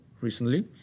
recently